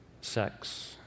sex